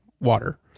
water